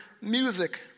music